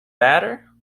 batter